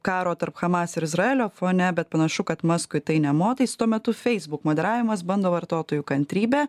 karo tarp hamas ir izraelio fone bet panašu kad maskui tai nė motais tuo metu facebook moderavimas bando vartotojų kantrybę